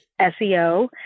SEO